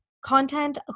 content